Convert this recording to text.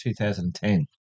2010